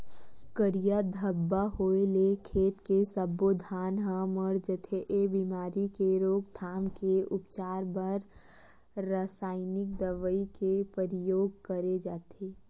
करिया धब्बा होय ले खेत के सब्बो धान ह मर जथे, ए बेमारी के रोकथाम के उपचार बर रसाइनिक दवई के परियोग करे जाथे